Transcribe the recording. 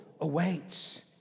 awaits